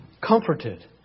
comforted